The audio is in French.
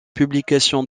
publication